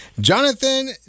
Jonathan